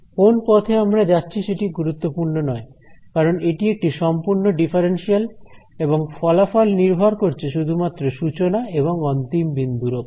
কোন পথে আমরা যাচ্ছি সেটি গুরুত্বপূর্ণ নয় কারণ এটি একটি সম্পূর্ণ ডিফারেন্সিয়াল এবং ফলাফল নির্ভর করছে শুধুমাত্র সূচনা এবং অন্তিম বিন্দুর ওপর